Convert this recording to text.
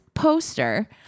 Poster